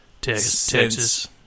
Texas